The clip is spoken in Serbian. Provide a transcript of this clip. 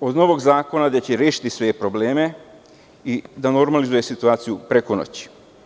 od novog zakona da će rešiti sve probleme i da normalizuje situaciju preko noći.